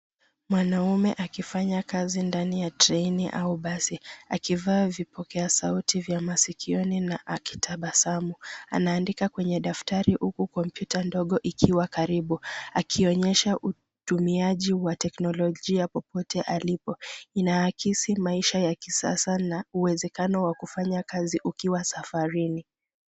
Mwanaume akifanya kazi ndani ya treni au basi, akivaa vipokea sauti vya masikioni na akitabasamu. Anaandika kwenye daftari, huku kompyuta ndogo ikiwa karibu, akionyesha utumiaji wa teknolojia popote alipo, inaakisi maisha ya kisasa, na uwezekano wa kufanya kazi ukiwa safarini.